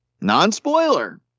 Non-spoiler